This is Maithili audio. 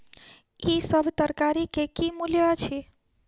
ई सभ तरकारी के की मूल्य अछि?